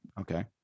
Okay